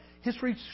History